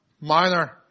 minor